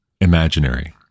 imaginary